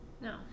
no